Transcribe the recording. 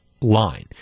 Line